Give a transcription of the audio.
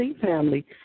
family